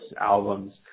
albums